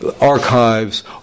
archives